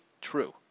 true